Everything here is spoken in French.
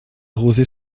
rosée